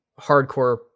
hardcore